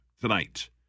tonight